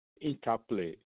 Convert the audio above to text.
interplay